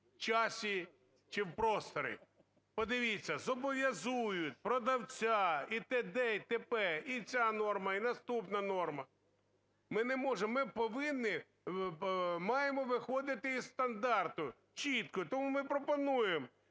часі чи в просторі. Подивіться, зобов'язують продавця і т.д. і т.п., і ця норма, і наступна норма. Ми не можемо… Ми повинні, маємо виходити із стандарту чітко. Тому ми пропонуємо: